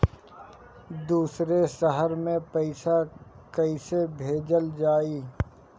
दूसरे शहर में पइसा कईसे भेजल जयी?